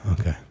okay